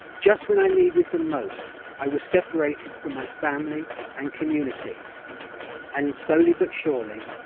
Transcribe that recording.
just when i needed the most i was separated from my family and community and slowly but surely,